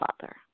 father